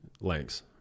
lengths